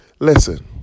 Listen